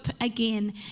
again